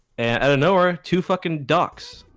and a knower to fucking ducks.